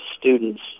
students